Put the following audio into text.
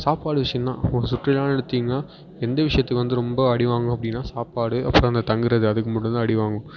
சாப்பாடு விஷயம் தான் ஒரு சுற்றுலான்னு எடுத்திங்கன்னால் எந்த விஷயத்துக்கு வந்து ரொம்ப அடி வாங்குவோம் அப்படின்னா சாப்பாடு அப்புறம் அந்த தங்குவது அதுக்கு மட்டும் தான் அடிவாங்குவோம்